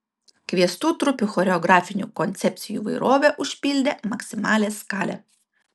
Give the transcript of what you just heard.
kviestų trupių choreografinių koncepcijų įvairovė užpildė maksimalią skalę